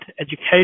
education